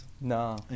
no